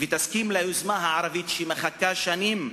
ותסכים ליוזמה הערבית שמחכה שנים,